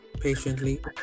patiently